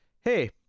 hey